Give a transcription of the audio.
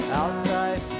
outside